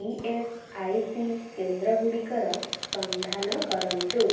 E S I C କେନ୍ଦ୍ରଗୁଡ଼ିକର ସନ୍ଧାନ କରନ୍ତୁ